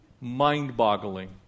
Mind-boggling